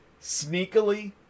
sneakily